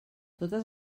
totes